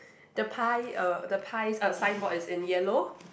the pie uh the pie's uh signboard is in yellow